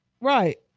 Right